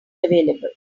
available